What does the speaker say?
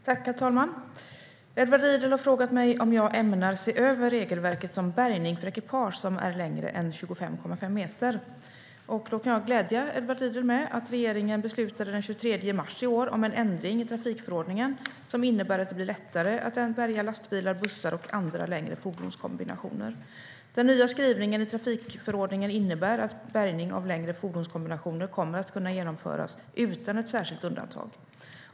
Herr talman! Edward Riedl har frågat mig om jag ämnar se över regelverket om bärgning för ekipage som är längre än 25,5 meter. Då kan jag glädja Edward Riedl med att regeringen den 23 mars i år beslutade om en ändring i trafikförordningen som innebär att det blir lättare att bärga lastbilar, bussar och andra längre fordonskombinationer. Den nya skrivningen i trafikförordningen innebär att bärgning av längre fordonskombinationer kommer att kunna genomföras utan ett särskilt undantag.